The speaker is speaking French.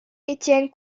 étienne